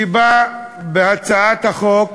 שבא בהצעת החוק